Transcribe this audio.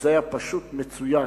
זה היה פשוט מצוין.